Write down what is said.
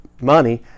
money